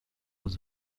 was